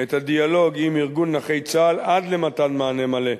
את הדיאלוג עם ארגון נכי צה"ל עד למתן מענה מלא.